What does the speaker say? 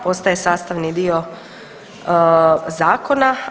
Postaje sastavni dio zakona.